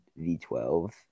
V12